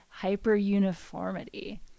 hyperuniformity